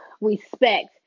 respect